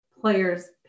players